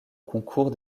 concours